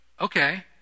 okay